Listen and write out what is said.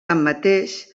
tanmateix